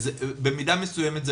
במידה מסוימת זה